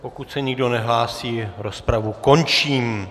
Pokud se nikdo nehlásí, rozpravu končím.